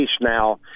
now